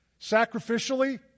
sacrificially